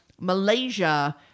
Malaysia